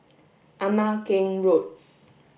Ama Keng Road